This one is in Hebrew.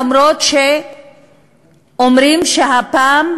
למרות שאומרים שהפעם,